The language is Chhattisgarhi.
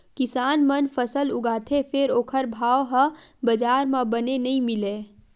किसान मन फसल उगाथे फेर ओखर भाव ह बजार म बने नइ मिलय